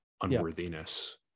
unworthiness